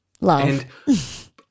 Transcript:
Love